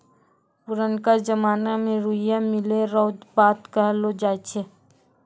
पुरनका जमाना मे रुइया मिलै रो बात कहलौ जाय छै